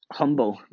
humble